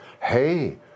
hey